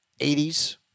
80s